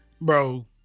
bro